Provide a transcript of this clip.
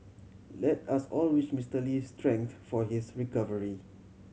let us all wish Mister Lee strength for his recovery